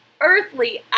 earthly